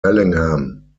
bellingham